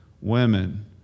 women